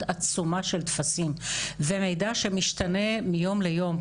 עצומה של טפסים ומידע שמשתנה מיום ליום,